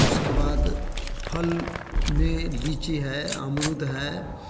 उसके बाद फल में लीची है अमरुद है अमरूद आम है